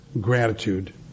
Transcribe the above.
gratitude